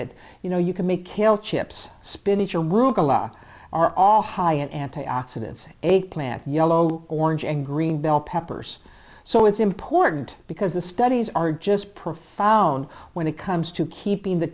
it you know you can make kale chips spinach are all high and antioxidants a plant yellow orange and green bell peppers so it's important because the studies are just profound when it comes to keeping the